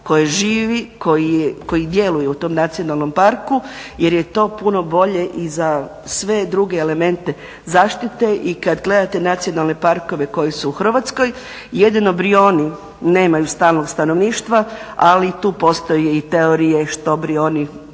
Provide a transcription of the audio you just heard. koje živi koje djeluje u tom nacionalnom parku jer je to puno bolje i za sve druge elemente zaštiti. I kada gledate nacionalne parkove koji su u Hrvatskoj jedino Brijuni nemaju stalnog stanovništva ali i tu postoje teorije što Brijuni